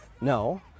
No